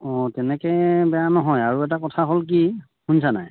অঁ তেনেকৈ বেয়া নহয় আৰু এটা কথা হ'ল কি শুনিছা নাই